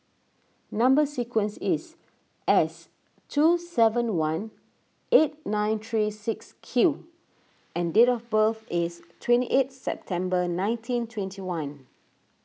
Number Sequence is S two seven one eight nine three six Q and date of birth is twenty eighth September nineteen twenty one